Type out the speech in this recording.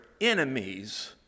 enemies